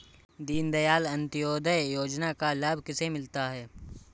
दीनदयाल अंत्योदय योजना का लाभ किसे मिलता है?